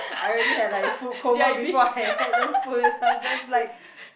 I already had like food coma before I had the food I was just like